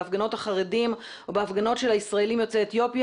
בהפגנות החרדים או בהפגנות של ישראלים יוצאי אתיופיה